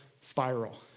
spiral